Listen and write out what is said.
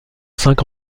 cinq